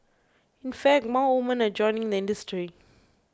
in fact more women are joining the industry